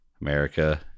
America